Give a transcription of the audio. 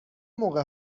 موقع